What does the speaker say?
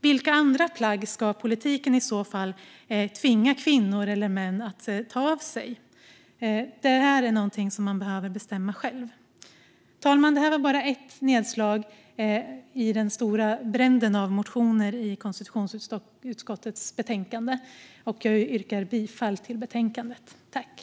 Vilka andra plagg ska politiken i så fall tvinga kvinnor eller män att ta av sig? Detta är någonting som man behöver bestämma själv. Fru talman! Detta var bara ett nedslag i den stora bredden av motioner som behandlas i konstitutionsutskottets betänkande. Jag yrkar bifall till utskottets förslag.